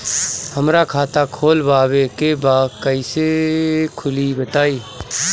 हमरा खाता खोलवावे के बा कइसे खुली बताईं?